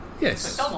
Yes